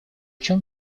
чем